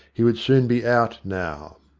he would soon be out now.